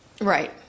Right